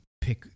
pick